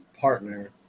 partner